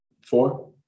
Four